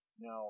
now